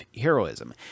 heroism